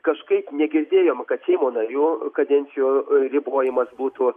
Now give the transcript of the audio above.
kažkaip negirdėjom kad seimo narių kadencijų ribojimas būtų